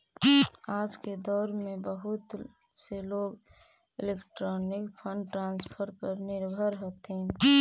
आज के दौर में बहुत से लोग इलेक्ट्रॉनिक फंड ट्रांसफर पर निर्भर हथीन